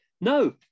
no